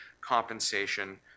compensation